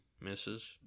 misses